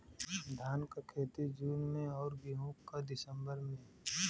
धान क खेती जून में अउर गेहूँ क दिसंबर में?